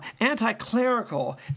anti-clerical